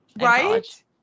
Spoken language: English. right